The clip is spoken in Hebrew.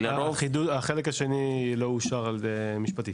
החלק השני לא אושר על ידי המשפטית.